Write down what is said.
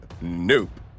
Nope